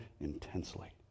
intensely